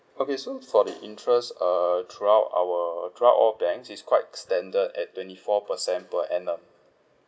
okay so for the interest err throughout our throughout all banks is quite standard at twenty four per cent per annum